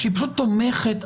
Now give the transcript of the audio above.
השותפות תומכת,